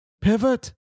pivot